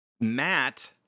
Matt